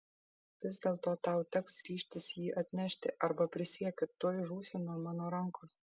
vis dėlto tau teks ryžtis jį atnešti arba prisiekiu tuoj žūsi nuo mano rankos